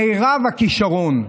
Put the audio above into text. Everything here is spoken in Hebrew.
מרב הכישרון,